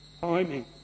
timing